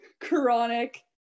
chronic